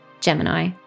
Gemini